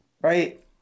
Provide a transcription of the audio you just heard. right